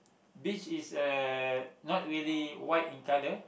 beach is uh not really white in colour